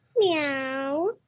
Meow